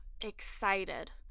excited